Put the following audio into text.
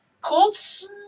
Colts